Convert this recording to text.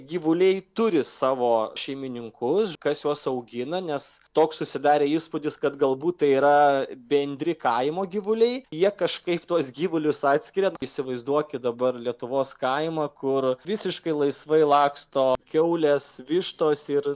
gyvuliai turi savo šeimininkus kas juos augina nes toks susidarė įspūdis kad galbūt tai yra bendri kaimo gyvuliai jie kažkaip tuos gyvulius atskiria įsivaizduokit dabar lietuvos kaimą kur visiškai laisvai laksto kiaulės vištos ir